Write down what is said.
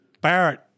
Barrett